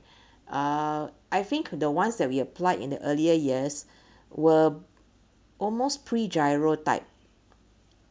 uh I think the ones that we applied in the earlier years were almost pre-gyro type